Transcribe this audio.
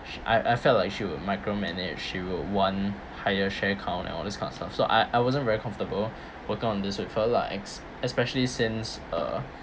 I I I felt like she would micromanage she would want higher share count and all these kind of stuff so I I wasn't very comfortable working on this with her lah es~ especially since uh